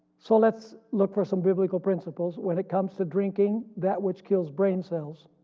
so let's look for some biblical principles when it comes to drinking that which kills brain cells.